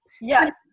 Yes